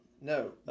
No